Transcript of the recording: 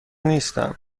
نیستم